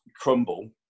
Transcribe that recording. crumble